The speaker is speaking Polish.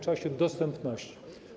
czasie dostępności.